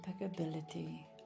impeccability